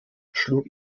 schlug